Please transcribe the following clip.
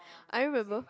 I remember